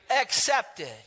accepted